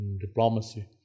diplomacy